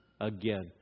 again